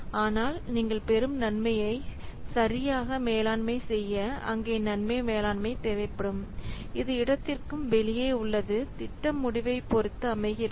ஆனால் நீங்கள் பெரும் நன்மையை சரியாக மேலாண்மை செய்ய அங்கே நன்மை மேலாண்மை தேவைப்படும் இது இடத்திற்கு வெளியே உள்ளது திட்டம் முடிவைப் பொறுத்து அமைகிறது